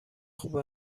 خوب